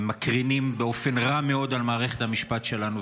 הם מקרינים באופן רע מאוד על מערכת המשפט שלנו,